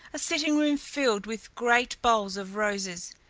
a sitting room filled with great bowls of roses,